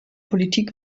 politik